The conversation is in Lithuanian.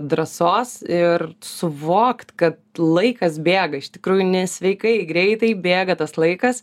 drąsos ir suvokt kad laikas bėga iš tikrųjų nesveikai greitai bėga tas laikas